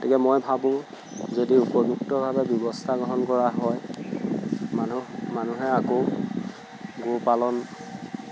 গতিকে মই ভাবোঁ যদি উপযুক্তভাৱে ব্যৱস্থা গ্ৰহণ কৰা হয় মানুহ মানুহে আকৌ গো পালন